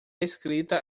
escrita